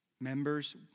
Members